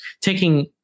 taking